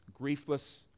griefless